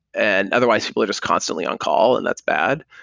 and otherwise people are just constantly on call, and that's bad.